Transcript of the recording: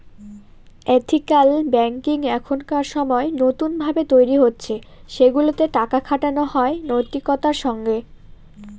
ethical banking এখনকার সময় নতুন ভাবে তৈরী হচ্ছে সেগুলাতে টাকা খাটানো হয় নৈতিকতার সঙ্গে